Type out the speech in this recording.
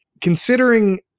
considering